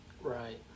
Right